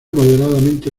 moderadamente